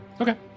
Okay